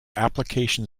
application